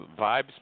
vibes